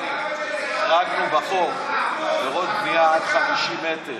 החרגנו בחוק עבירות בנייה עד 50 מטר,